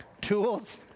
Tools